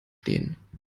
stehen